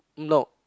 nope